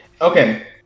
Okay